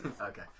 Okay